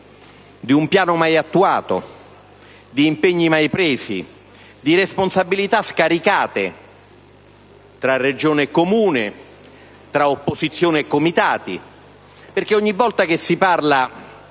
di un piano mai attuato, di impegni mai presi, di responsabilità scaricate tra Regione e Comune, tra opposizione e comitati, perché ogni volta che si parla